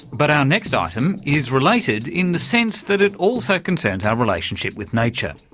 but our next item is related in the sense that it also concerns our relationship with nature.